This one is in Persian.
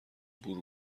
بور